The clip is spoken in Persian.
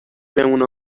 بمونه